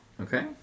Okay